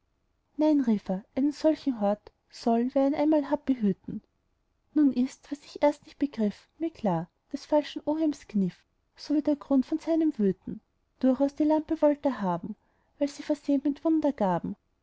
nein rief er einen solchen hort soll wer ihn einmal hat behüten nun ist was erst ich nicht begriff mir klar des falschen oheims kniff sowie der grund von seinem wüten durchaus die lampe wollt er haben weil sie versehn mit